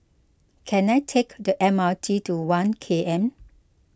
can I take the M R T to one K M